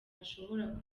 ushobora